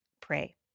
pray